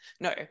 No